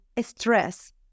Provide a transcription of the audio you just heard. stress